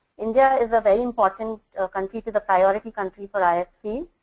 india is a very important country to the priority countries for ifc.